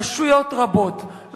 ברשויות רבות.